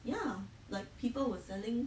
ya like people were selling